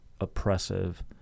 oppressive